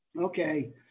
Okay